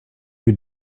you